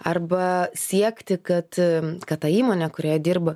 arba siekti kad kad ta įmonė kurioje dirb